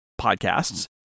podcasts